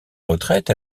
retraite